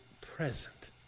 present